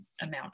amount